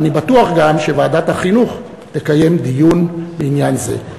ואני בטוח גם שוועדת החינוך תקיים דיון בעניין זה.